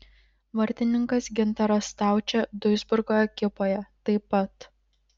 vartininkas gintaras staučė duisburgo ekipoje taip pat